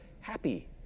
happy